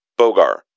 Bogar